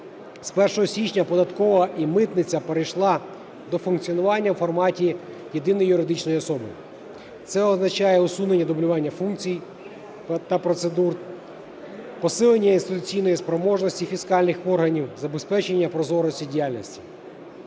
З 1 січня податкова і митниця перейшла до функціонування у форматі єдиної юридичної особи. Це означає усунення дублювання функцій та процедур, посилення інституційної спроможності фіскальних органів, забезпечення прозорості діяльності.